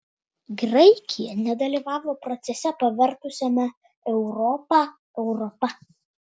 graikija nedalyvavo procese pavertusiame europą europa